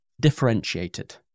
differentiated